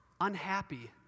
unhappy